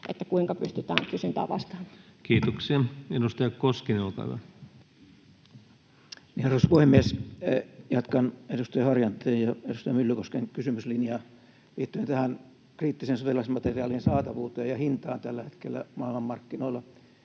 eduskunnalle valtion talousarvioksi vuodelle 2023 Time: 11:21 Content: Arvoisa puhemies! Jatkan edustaja Harjanteen ja edustaja Myllykosken kysymyslinjaa liittyen tähän kriittisen sotilasmateriaalin saatavuuteen ja hintaan tällä hetkellä maailmanmarkkinoilla